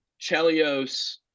Chelios